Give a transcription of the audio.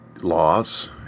laws